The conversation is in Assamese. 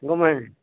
গমাই